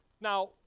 Now